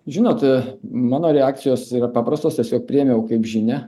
žinot mano reakcijos yra paprastos tiesiog priėmiau kaip žinią